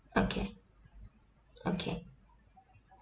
okay okay